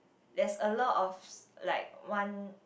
there's a lot of s~ like one